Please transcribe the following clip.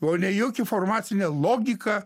o ne jokia formacine logika